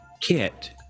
Kit